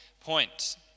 point